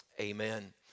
amen